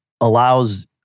allows